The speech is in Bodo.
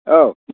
औ